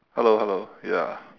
hello hello ya